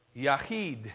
Yahid